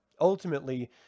Ultimately